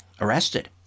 arrested